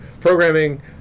programming